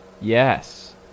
Yes